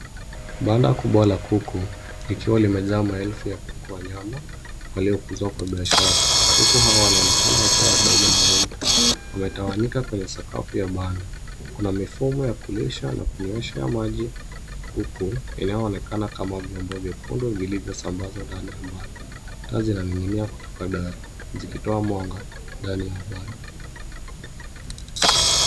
Banda kubwa la kuku likiwa limejaa maelfu ya kuku wa nyama, waliokuzwa kwa biashara. Kuku hawa wanaonekana wakiwa wadogo na weupe, wametawanyika kwenye sakafu ya banda. Kuna mifumo ya kulishwa na kunyweshea maji kuku, yanayoonekana kama vyombo vyekundu vilivyosambazwa ndani ya banda. Taa zinaning'inia kutoka dari, zikitoa mwanga ndani ya banda.